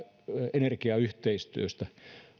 energiayhteistyöstä